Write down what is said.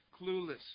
clueless